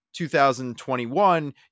2021